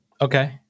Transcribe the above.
Okay